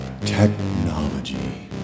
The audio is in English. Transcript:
Technology